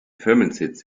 firmensitz